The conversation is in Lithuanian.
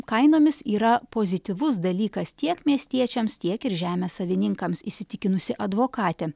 kainomis yra pozityvus dalykas tiek miestiečiams tiek ir žemės savininkams įsitikinusi advokatė